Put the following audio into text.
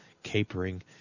Capering